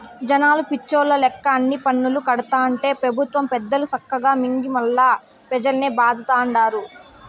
జనాలు పిచ్చోల్ల లెక్క అన్ని పన్నులూ కడతాంటే పెబుత్వ పెద్దలు సక్కగా మింగి మల్లా పెజల్నే బాధతండారు